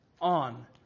on